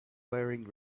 wearing